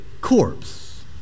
corpse